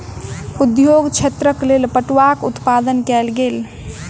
उद्योग क्षेत्रक लेल पटुआक उत्पादन कयल गेल